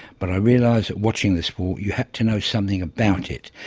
but i realised that watching this sport you had to know something about it,